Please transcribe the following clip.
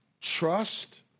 trust